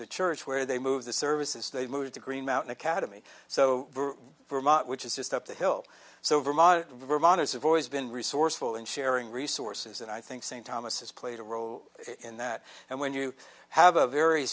the church where they move the services they moved to green mountain academy so which is just up the hill so vermont vermont is have always been resourceful in sharing resources and i think st thomas has played a role in that and when you have a very